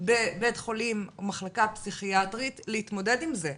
בבית חולים או מחלקה פסיכיאטרית להתמודד עם זה.